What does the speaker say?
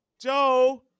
Joe